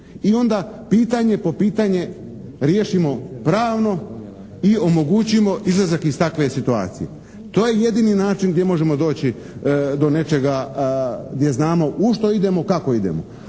I onda pitanje po pitanje riješimo pravno i omogućimo izlazak iz takve situacije. To je jedini način gdje možemo doći do nečega gdje znamo u što idemo, kako idemo?